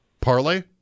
Parlay